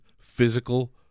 physical